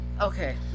Okay